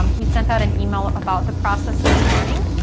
um we sent out an email about the process this morning.